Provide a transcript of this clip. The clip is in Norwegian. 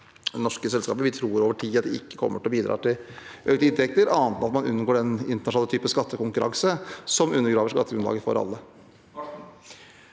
Vi tror over tid at det ikke kommer til å bidra til økte inntekter, annet enn at man unngår den typen internasjonal skattekonkurranse som undergraver skattegrunnlaget for alle.